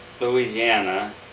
Louisiana